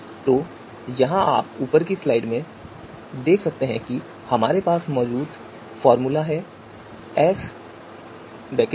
तो यहां आप ऊपर की स्लाइड में हमारे पास मौजूद फॉर्मूला देख सकते हैं